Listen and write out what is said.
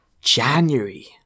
January